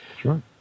Sure